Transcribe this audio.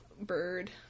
bird